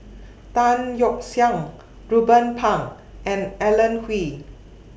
Tan Yeok Seong Ruben Pang and Alan Oei